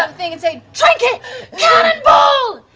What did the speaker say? um thing and say, trinket! cannonball!